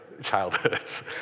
childhoods